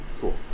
Cool